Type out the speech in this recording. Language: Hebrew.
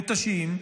מותשים.